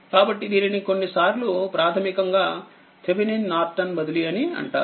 కాబట్టిదీనిని కొన్నిసార్లు ప్రాథమికంగాథీవెనిన్ నార్టన్బదిలీ అని అంటారు